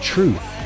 Truth